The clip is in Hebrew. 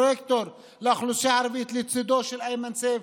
פרויקטור לאוכלוסייה הערבית לצידו של איימן סייף,